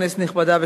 כנסת נכבדה,